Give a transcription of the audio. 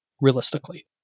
Realistically